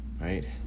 right